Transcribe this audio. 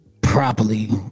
properly